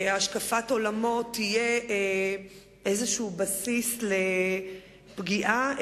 השקפת עולמו יהיו איזה בסיס לפגיעה,